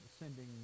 sending